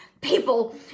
people